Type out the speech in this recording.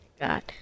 God